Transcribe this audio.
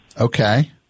Okay